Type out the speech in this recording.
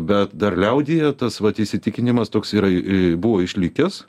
bet dar liaudyje tas vat įsitikinimas toks yra buvo išlikęs